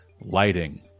lighting